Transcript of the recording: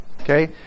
okay